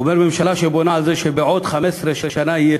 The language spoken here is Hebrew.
הוא אומר: ממשלה שבונה על זה שבעוד 15 שנה יהיה